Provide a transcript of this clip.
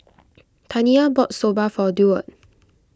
Taniya bought Soba for Deward